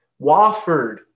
Wofford